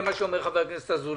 זה מה שאומר חבר הכנסת אזולאי.